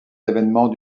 évènements